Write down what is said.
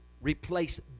replace